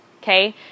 Okay